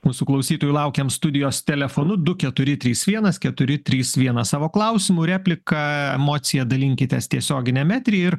mūsų klausytojų laukiam studijos telefonu du keturi trys vienas keturi trys vienas savo klausimu replika emocija dalinkitės tiesioginiam etery ir